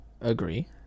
agree